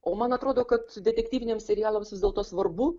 o man atrodo kad detektyviniams serialams vis dėlto svarbu